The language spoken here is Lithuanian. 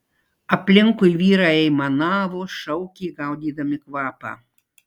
aplinkui vyrai aimanavo šaukė gaudydami kvapą